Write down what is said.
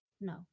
No